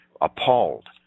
appalled